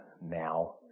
now